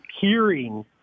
hearing